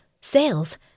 sales